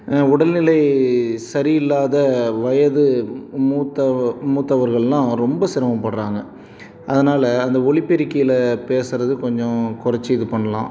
உடல்நிலை சரியில்லாத வயது மூத்த மூத்தவர்கள்லாம் ரொம்ப சிரமப்படுறாங்க அதனால அந்த ஒலிப்பெருக்கியில பேசுகிறது கொஞ்சம் கொறைச்சி இது பண்ணலாம்